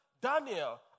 Daniel